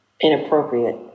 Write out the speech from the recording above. inappropriate